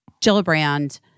Gillibrand